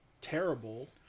terrible